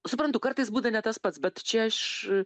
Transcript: suprantu kartais būna ne tas pats čia aš